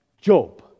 Job